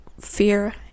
fear